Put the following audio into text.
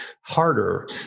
harder